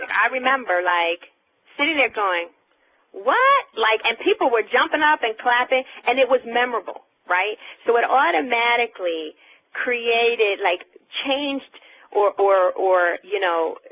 i remember like sitting there going what, like, and people were jumping up and clapping, and it was memorable, right? so it automatically created like changed or or you know,